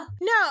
no